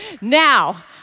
Now